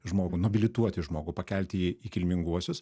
žmogų nobilituoti žmogų pakelti jį į kilminguosius